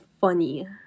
funny